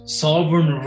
sovereign